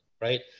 right